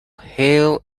hail